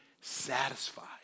satisfied